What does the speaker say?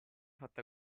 fatta